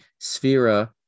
Sphera